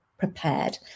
prepared